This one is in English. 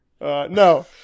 No